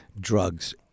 drugs